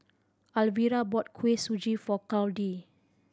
Alvira brought Kuih Suji for Claudie